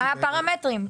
מה הפרמטרים?